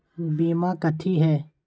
बीमा कथी है?